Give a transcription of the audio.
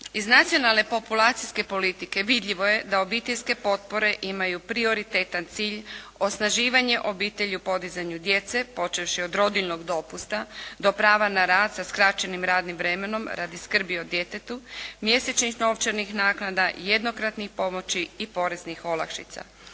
Iz nacionalne populacijske politike vidljivo je da obiteljske potpore imaju prioritetan cilj osnaživanje obitelji u podizanju djece počevši od rodiljnog dopusta do prava na rad sa skraćenim radnim vremenom radi skrbi o djetetu, mjesečnih novčanih naknada, jednokratnih pomoći i poreznih olakšica.